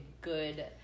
good